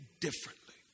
differently